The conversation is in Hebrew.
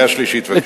קריאה שלישית, בבקשה.